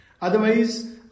Otherwise